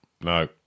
No